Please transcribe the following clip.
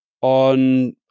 on